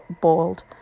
boiled